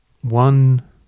one